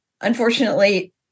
unfortunately